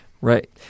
Right